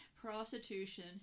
prostitution